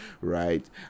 right